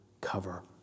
cover